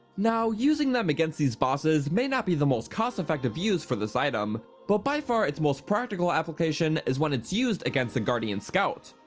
now using them against these bosses may not be the most cost effective use for this item, but by far its most practical application is when it's used against a guardian scout,